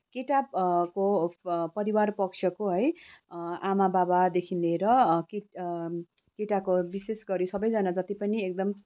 केटाको परिवार पक्षको है आमा बाबादेखि लिएर केटाको विशेष गरी सबैजना जति पनि एकदम